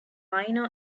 minor